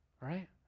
right